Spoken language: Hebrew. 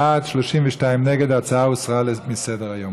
בעד, 19, נגד, 32. ההצעה הוסרה מסדר-היום.